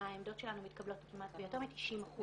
העמדות שלנו מתקבלות ביותר מ-90%